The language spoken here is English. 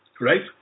Right